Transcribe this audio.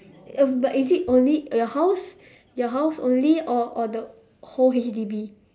oh but is it only your house your house only or or the whole H_D_B